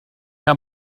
how